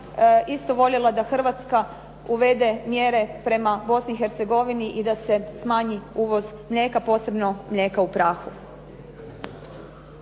isto voljela da Hrvatska uvede mjere prema Bosni i Hercegovini i da se smanji uvoz mlijeka, posebno mlijeka u prahu.